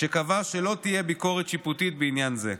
שקבע שלא תהיה ביקורת שיפוטית בעניין זה.